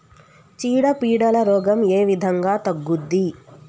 చీడ పీడల రోగం ఏ విధంగా తగ్గుద్ది?